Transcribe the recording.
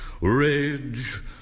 Rage